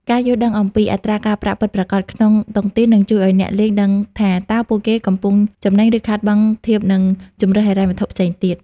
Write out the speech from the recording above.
ការយល់ដឹងអំពី "អត្រាការប្រាក់ពិតប្រាកដ" ក្នុងតុងទីន នឹងជួយឱ្យអ្នកលេងដឹងថា តើពួកគេកំពុងចំណេញ ឬខាតបង់ធៀបនឹងជម្រើសហិរញ្ញវត្ថុផ្សេងទៀត។